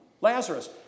Lazarus